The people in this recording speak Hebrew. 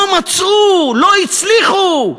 לא מצאו, לא הצליחו.